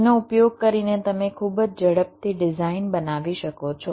જેનો ઉપયોગ કરીને તમે ખૂબ જ ઝડપથી ડિઝાઇન બનાવી શકો છો